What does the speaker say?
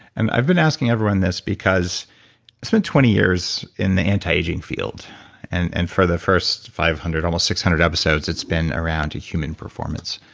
and i've been asking everyone this because it's been twenty years in the anti-aging field and and for the first five hundred almost six hundred episodes it's been around the human performance,